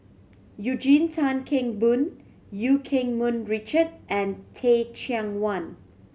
Eugene Tan Kheng Boon Eu Keng Mun Richard and Teh Cheang Wan